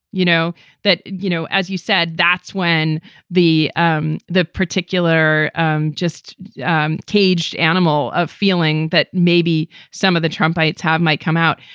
you know that, you know, as you said, that's when the um the particular um just um caged animal of feeling that maybe some of the trump ites have might come out.